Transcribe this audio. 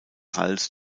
hals